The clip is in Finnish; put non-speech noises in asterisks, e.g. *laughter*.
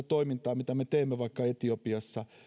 *unintelligible* toimintaa mitä me teemme vaikka etiopiassa